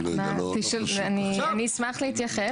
אני אשמח להתייחס.